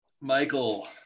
Michael